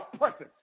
presence